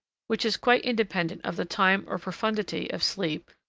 which is quite independent of the time or profundity of sleep,